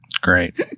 Great